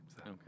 Okay